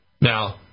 Now